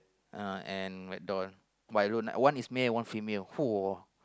uh and rag doll but I don't one is male and one female !woah!